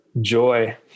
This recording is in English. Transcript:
Joy